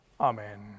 Amen